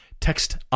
text